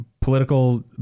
political